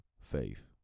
faith